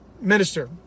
minister